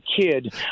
kid